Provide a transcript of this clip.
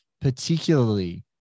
particularly